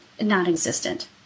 non-existent